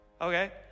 Okay